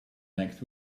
next